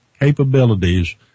capabilities